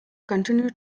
continue